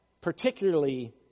particularly